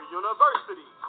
university